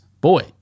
Boy